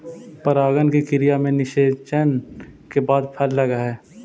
परागण की क्रिया में निषेचन के बाद फल लगअ हई